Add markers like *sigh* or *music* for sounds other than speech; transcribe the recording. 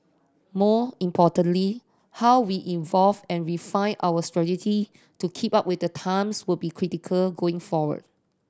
more importantly how we involve and refine our *unintelligible* to keep up with the times will be critical going forward